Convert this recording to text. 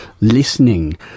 listening